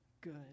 good